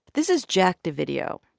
this is jack dovidio,